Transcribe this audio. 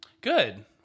Good